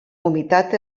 humitat